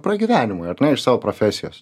pragyvenimui ar ne iš savo profesijos